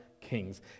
kings